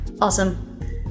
Awesome